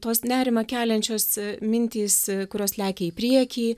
tos nerimą keliančios mintys kurios lekia į priekį